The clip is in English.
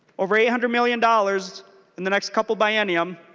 over eight hundred million dollars in the next couple of biennium's